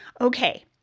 Okay